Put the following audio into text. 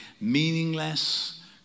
meaningless